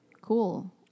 Cool